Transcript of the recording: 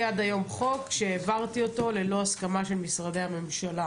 עד היום חוק שהעברתי אותו ללא הסכמה של משרדי הממשלה.